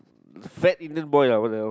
fat Indian boy uh !walao!